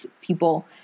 people